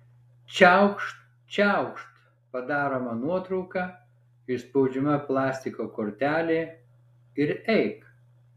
čiaukšt čiaukšt padaroma nuotrauka išspaudžiama plastiko kortelė ir eik